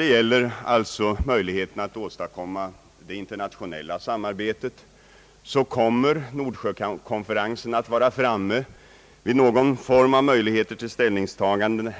gäller möjligheten att åstadkomma internationellt samarbete kommer Nordsjökonferensen, sannolikt i juni månad, att nå fram till någon form av ställningstagande.